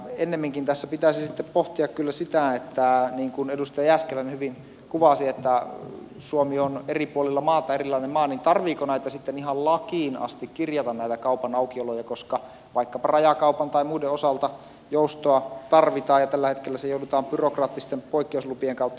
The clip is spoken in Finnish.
ennemminkin tässä pitäisi sitten pohtia kyllä sitä niin kuin edustaja jääskeläinen hyvin kuvasi suomi on eri puolilla maata erilainen maa tarvitseeko sitten ihan lakiin asti kirjata näitä kaupan aukioloja koska vaikkapa rajakaupan tai muiden osalta joustoa tarvitaan ja tällä hetkellä se joudutaan byrokraattisten poikkeuslupien kautta hoitamaan